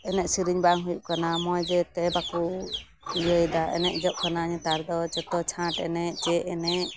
ᱮᱱᱮᱡ ᱥᱤᱨᱤᱧ ᱵᱟᱝ ᱦᱩᱭᱩᱜ ᱠᱟᱱᱟ ᱢᱚᱡᱽᱛᱮ ᱵᱟᱠᱚ ᱤᱭᱟᱹᱭᱫᱟ ᱮᱱᱮᱡᱚᱜ ᱠᱟᱱᱟ ᱱᱮᱛᱟᱨᱫᱚ ᱡᱚᱛᱚ ᱪᱷᱟᱸᱴ ᱮᱱᱮᱡ ᱪᱮᱫ ᱮᱱᱮᱡ